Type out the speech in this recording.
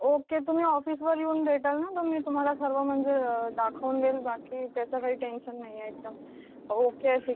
okay तुम्ही ऑफिसवर येऊन भेटाल नं तर मग मी तुम्हाला सर्व म्हणजे दाखवून देईल बाकी त्याचं काही टेंशन नाही आहे एकदम ओके ठीक